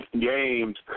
games